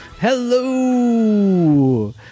Hello